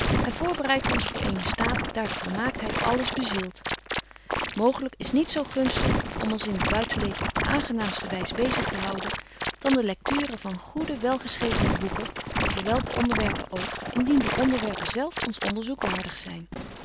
en voorbereidt ons voor eenen staat daar de volmaaktheid albetje wolff en aagje deken historie van mejuffrouw sara burgerhart les bezielt mooglyk is niets zo gunstig om ons in het buitenleven op de aangenaamste wys bezig te houden dan de lecture van goede welgeschrevene boeken over welke onderwerpen ook indien die onderwerpen zelf ons onderzoek waardig zyn